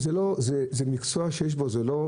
מדברים כאן